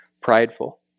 prideful